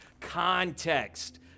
context